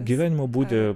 gyvenimo būde